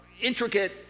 intricate